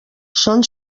són